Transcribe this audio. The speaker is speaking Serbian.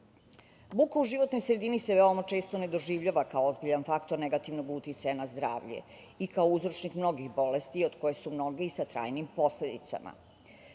u životnoj sredini se veoma često ne doživljava kao ozbiljan faktor negativnog uticaja na zdravlje i kao uzročnih mnogih bolesti, od kojih su mnogi i sa trajnim posledicama. Neko